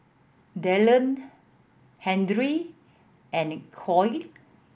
Delaney and Khloe